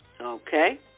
Okay